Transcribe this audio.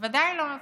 בוודאי לא מפחד.